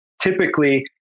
Typically